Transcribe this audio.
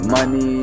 Money